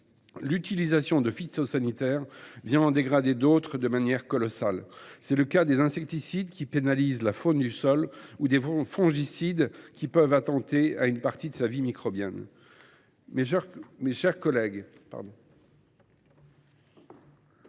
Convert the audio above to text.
l’utilisation de produits phytosanitaires vient en dégrader d’autres de manière colossale, car les insecticides pénalisent la faune du sol et les fongicides peuvent attenter à une partie de sa vie microbienne. Mes chers collègues,